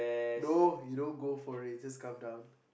no you don't go for it just come down